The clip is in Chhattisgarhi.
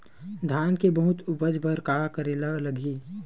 धान के बहुत उपज बर का करेला लगही?